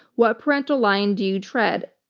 what parental line do you tread?